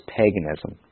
paganism